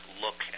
look